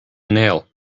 nail